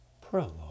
Prologue